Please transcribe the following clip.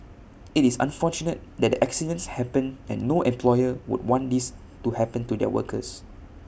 IT is unfortunate that the accidents happened and no employer would want these to happen to their workers